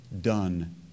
done